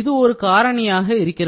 இது ஒரு காரணியாக இருக்கிறது